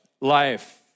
life